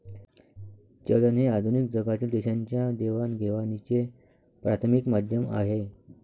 चलन हे आधुनिक जगातील देशांच्या देवाणघेवाणीचे प्राथमिक माध्यम आहे